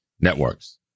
networks